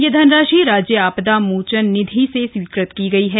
यह धनराशि राज्य आपदा मोचन निधि से स्वीकृत की गई है